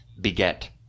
beget